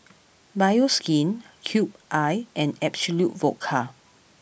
Bioskin Cube I and Absolut Vodka